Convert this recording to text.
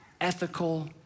ethical